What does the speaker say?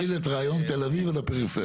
להחיל את רעיון תל אביב על הפריפריה.